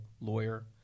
lawyer